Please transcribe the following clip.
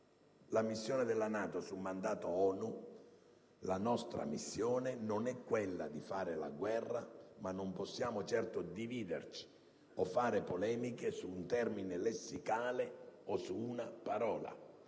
La missione della NATO su mandato ONU - la nostra missione - non è quella di fare la guerra, ma non possiamo certo dividerci o fare polemiche su un termine lessicale o su una parola.